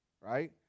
right